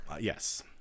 Yes